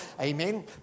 amen